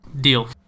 Deal